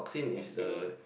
yesterday